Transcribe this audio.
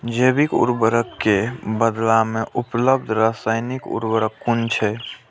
जैविक उर्वरक के बदला में उपलब्ध रासायानिक उर्वरक कुन छै?